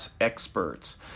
experts